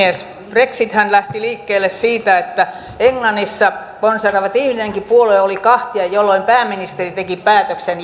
brexithän lähti liikkeelle siitä että englannissa konservatiivinenkin puolue oli kahtia jolloin pääministeri teki päätöksen